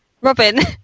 Robin